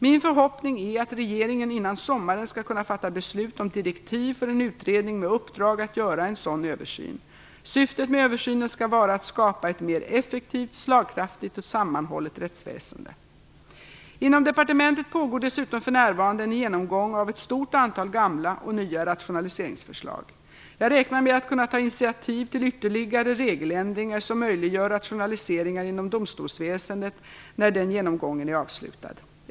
Min förhoppning är att regeringen innan sommaren skall kunna fatta beslut om direktiv för en utredning med uppdrag att göra en sådan översyn. Syftet med översynen skall vara att skapa ett mer effektivt, slagkraftigt och sammanhållet rättsväsende. Inom departementet pågår dessutom för närvarande en genomgång av ett stort antal gamla och nya rationaliseringsförslag. Jag räknar med att kunna ta initiativ till ytterligare regeländringar som möjliggör rationaliseringar inom domstolsväsendet när den genomgången är avslutad.